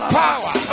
power